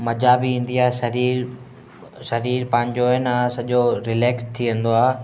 मज़ा बि ईंदी आहे शरीर शरीर पंहिंजो आहे न सॼो रिलैक्स थी वेंदो आहे